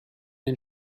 den